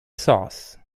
sauce